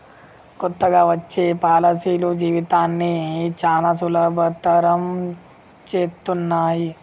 కొత్తగా వచ్చే పాలసీలు జీవితాన్ని చానా సులభతరం చేత్తన్నయి